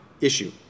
issue